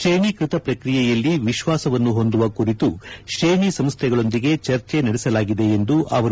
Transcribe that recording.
ಶ್ರೇಣೀಕ್ಷತ ಪ್ರಕ್ರಿಯೆಯಲ್ಲಿ ವಿಶ್ಲಾಸವನ್ನು ಹೊಂದುವ ಕುರಿತು ಶ್ರೇಣಿ ಸಂಸ್ದೆಗಳೊಂದಿಗೆ ಚರ್ಚೆ ನಡೆಸಲಾಗಿದೆ ಎಂದರು